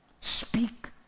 Speak